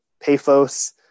Paphos